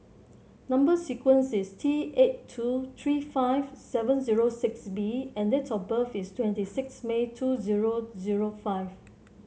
number sequence is T eight two three five seven zero six B and date of birth is twenty six May two zero zero five